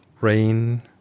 rain